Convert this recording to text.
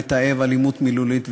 מתעב אלימות מילולית,